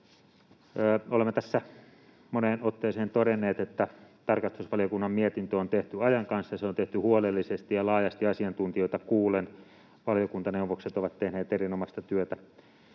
Olemme tässä moneen otteeseen todenneet, että tarkastusvaliokunnan mietintö on tehty ajan kanssa ja se on tehty huolellisesti ja laajasti asiantuntijoita kuullen. Valiokuntaneuvokset ovat tehneet erinomaista työtä.